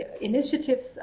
initiatives